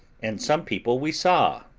and some people we saw,